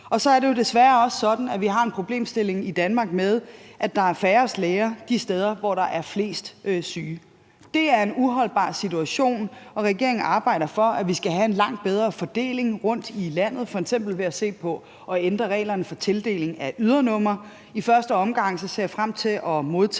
Så er det jo desværre også sådan, at vi i Danmark har en problemstilling med, at der er færrest læger de steder, hvor der er flest syge. Det er en uholdbar situation, og regeringen arbejder for, at vi skal have langt bedre fordeling rundt i landet, f.eks. ved at se på at ændre på reglerne for tildeling af ydernumre. I første omgang ser jeg frem til at modtage